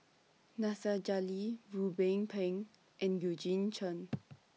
Nasir Jalil Ruben Pang and Eugene Chen